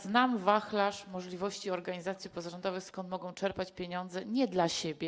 Znam wachlarz możliwości organizacji pozarządowych, wiem, skąd mogą czerpać pieniądze - nie dla siebie.